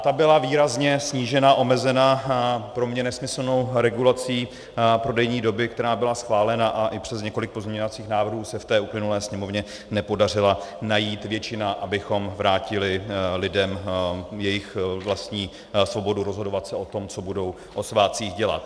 Ta byla výrazně snížena, omezena pro mě nesmyslnou regulací prodejní doby, která byla schválena, a i přes několik pozměňovacích návrhů se v té uplynulé Sněmovně nepodařilo najít většinu, abychom vrátili lidem jejich vlastní svobodu rozhodovat se o tom, co budou o svátcích dělat.